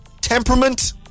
Temperament